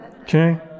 Okay